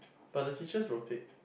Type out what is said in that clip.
but the teachers rotate